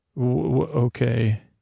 Okay